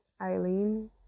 Eileen